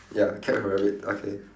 ya cat with a rabbit okay